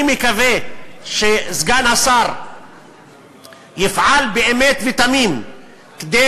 אני מקווה שסגן השר יפעל באמת ובתמים כדי